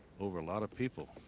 over a lot of people.